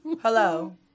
Hello